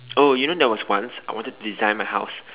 oh you know there was once I wanted to design my house